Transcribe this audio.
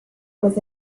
was